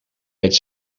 met